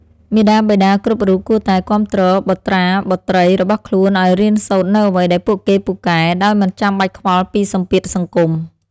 មាតាបិតាគ្រប់រូបគួរតែគាំទ្របុត្រាបុត្រីរបស់ខ្លួនឱ្យរៀនសូត្រនូវអ្វីដែលពួកគេពូកែដោយមិនចាំបាច់ខ្វល់ពីសម្ពាធសង្គម។